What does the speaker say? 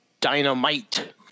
dynamite